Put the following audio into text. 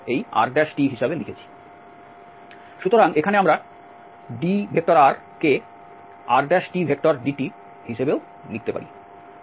সুতরাং এখানে আমরা dr কে rdt হিসাবেও লিখতে পারি